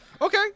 Okay